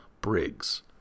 Briggs